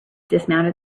dismounted